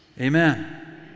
amen